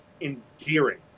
endearing